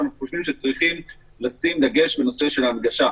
צריך לשים דגש בנושא ההנגשה.